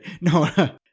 no